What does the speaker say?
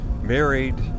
married